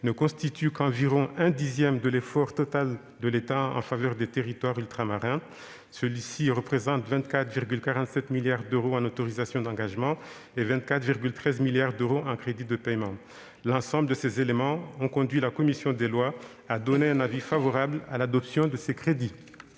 ne constituent qu'environ un dixième de l'effort total de l'État en faveur des territoires ultramarins, qui se monte à 24,47 milliards d'euros en autorisations d'engagement et 24,13 milliards d'euros en crédits de paiement. L'ensemble de ces éléments a conduit la commission des lois à émettre un avis favorable à l'adoption de ces crédits.